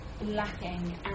lacking